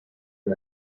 the